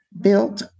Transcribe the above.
built